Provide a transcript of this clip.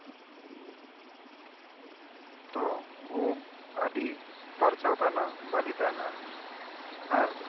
ᱛᱚ ᱩᱵ ᱟᱹᱰᱤ ᱯᱷᱟᱨᱪᱟ ᱛᱟᱦᱮᱱᱟ ᱵᱷᱟᱞᱮ ᱛᱟᱦᱮᱱᱟ ᱟᱨ